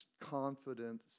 confident